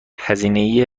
هزینه